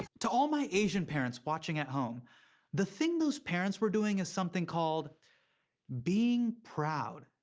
to all my asian parents watching at home the thing those parents were doing is something called being proud.